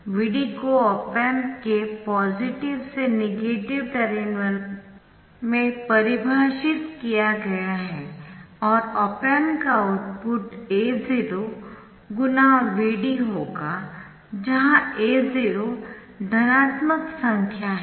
Vd को op amp के positive से नेगेटिव टर्मिनल में परिभाषित किया गया है और ऑप एम्प का आउटपुट A0Vd होगा जहाँ A0 धनात्मक संख्या है